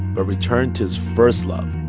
but returned to his first love,